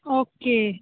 okay